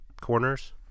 corners